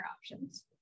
options